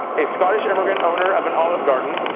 a scottish immigrant-owner of an olive garden,